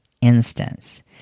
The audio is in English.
instance